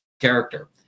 character